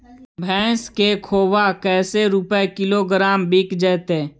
भैस के खोबा कैसे रूपये किलोग्राम बिक जइतै?